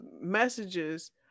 messages